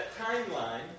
timeline